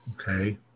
Okay